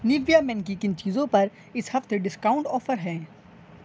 Nivea مین کی کن چیزوں پر اس ہفتے ڈسکاؤنٹ آفر ہیں